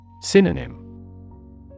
Synonym